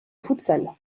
futsal